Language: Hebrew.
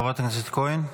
חברת הכנסת כהן.